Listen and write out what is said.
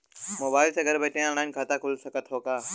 Mobile से घर बैठे ऑनलाइन खाता खुल सकत हव का?